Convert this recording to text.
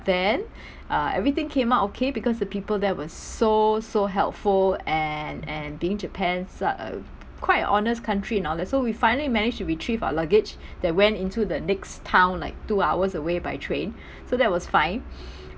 then uh everything came out okay because the people there were so so helpful and and being japan su~ uh quite an honest country and all that so we finally managed to retrieve our luggage that went into the next town like two hours away by train so that was fine